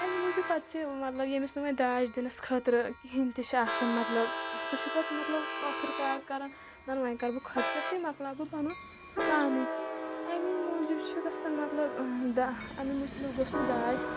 اَمہِ موٗجوٗب پَتہٕ چھِ مطلب یٔمِس نہٕ وۄنۍ داج دِنَس خٲطرٕ کِہینۍ تہِ چھُ آسان مطلب سُہ چھِ پَتہٕ مطلب ٲخٕر کار کَران وۄنۍ کَرٕ بہٕ خۄدکٔشی مۄکلاو بہٕ پَنُن پانٕے اَمی موٗجوٗب چھِ گژھان مطلب اَمہِ موٗجوٗب گوٚژھ نہٕ داج